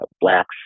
blacks